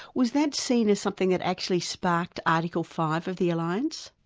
was that seen as something that actually sparked article five of the alliance?